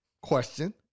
Question